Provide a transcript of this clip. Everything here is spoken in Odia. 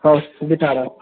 ହଉ ଟିକେ ଛାଡ଼